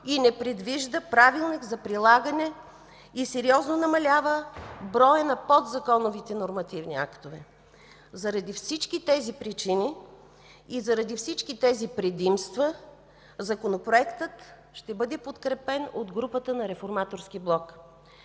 не предвижда Правилник за прилагане и сериозно намалява броя на подзаконовите нормативни актове. Заради всички тези причини и заради всички тези предимства Законопроектът ще бъде подкрепен от групата на Реформаторския блок.